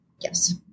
Yes